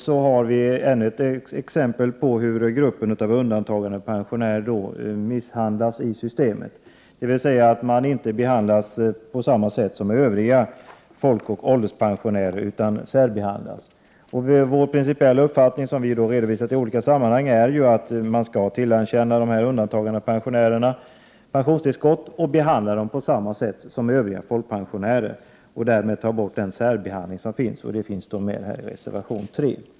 Vi har här ännu ett exempel på hur gruppen undantagandepensionärer misshandlas av systemet, Prot. 1988/89:110 dvs. att de inte behandlas på samma sätt som övriga folkoch ålderspensionä 9 maj 1989 rer. Vår principiella uppfattning, som vi har redovisat i olika sammanhang, är att man skall tillerkänna dessa undantagandepensionärer pensionstillskott och behandla dem på samma sätt som övriga folkpensionärer behandlas. Därmed bör vi ta bort den särbehandling som nu finns. Detta föreslår vi i reservation 3.